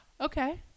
Okay